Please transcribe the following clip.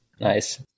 Nice